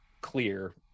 clear